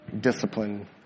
discipline